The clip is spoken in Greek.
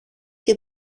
και